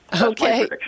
Okay